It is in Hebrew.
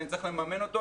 אני צריך לממן אותו.